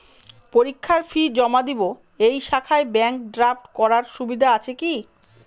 পরীক্ষার ফি জমা দিব এই শাখায় ব্যাংক ড্রাফট করার সুবিধা আছে কি?